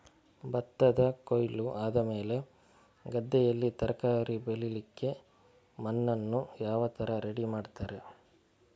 ಭತ್ತದ ಕೊಯ್ಲು ಆದಮೇಲೆ ಗದ್ದೆಯಲ್ಲಿ ತರಕಾರಿ ಬೆಳಿಲಿಕ್ಕೆ ಮಣ್ಣನ್ನು ಯಾವ ತರ ರೆಡಿ ಮಾಡ್ತಾರೆ?